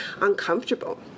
uncomfortable